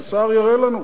שהשר יראה לנו.